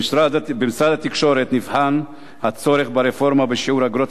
במשרד התקשורת נבחן הצורך ברפורמה בשיעור אגרות